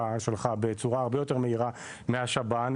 שלך בצורה הרבה יותר מהירה מהשב"ן,